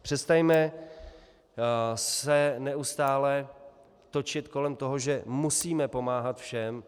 Přestaňme se neustále točit kolem toho, že musíme pomáhat všem.